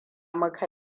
muka